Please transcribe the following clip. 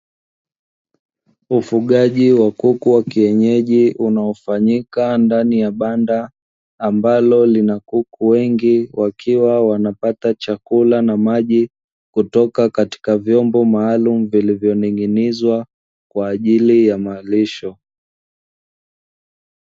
Ufugaji wa kuku wa kienyeji unaofanyika ndani ya banda ambalo lina kuku wengi, wakiwa wanapata chakula na maji, kutoka katika vyombo maalumu vilivyoning'inizwa, kwa ajili ya malisho.